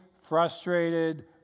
frustrated